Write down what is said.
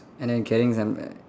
and then carrying some uh